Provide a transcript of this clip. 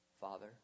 Father